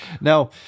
Now